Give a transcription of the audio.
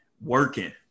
working